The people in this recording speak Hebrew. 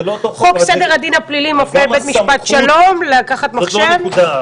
חוק סדר הדין הפלילי מופיע בבית משפט השלום --- זו לא הנקודה,